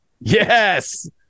Yes